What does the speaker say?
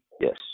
Yes